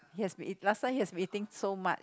he has been last time he has been eating so much